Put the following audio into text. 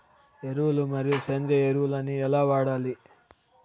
ఎరువులు మరియు సేంద్రియ ఎరువులని ఎలా వాడాలి?